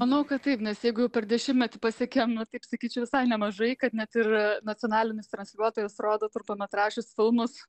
manau kad taip nes jeigu jau per dešimtmetį pasiekėm na taip sakyčiau visai nemažai kad net ir nacionalinis transliuotojas rodo trumpametražius filmus